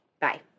Bye